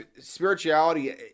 spirituality